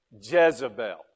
Jezebel